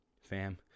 Fam